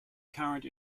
current